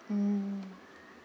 mm